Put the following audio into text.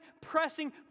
pressing